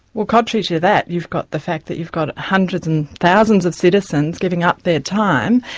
well contrary to that, you've got the fact that you've got hundreds and thousands of citizens giving up their time,